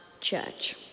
church